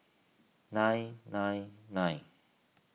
nine nine nine